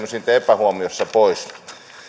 sitten epähuomiossa pois